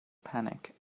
panic